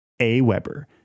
AWeber